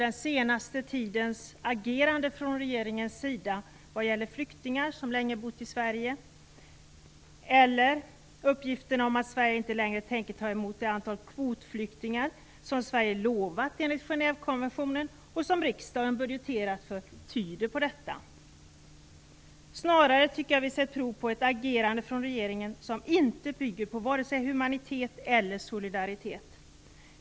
Den senaste tidens agerande från regeringens sida vad gäller flyktingar som bott länge i Sverige eller uppgifterna om att Sverige inte längre tänker ta emot det antal kvotflyktingar som Sverige lovat enligt Genèvekonventionen och som riksdagen budgeterat för tyder inte på detta. Snarare tycker jag vi sett prov på ett agerande från regeringen som inte bygger på vare sig humanitet eller solidaritet.